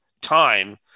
time